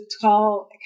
call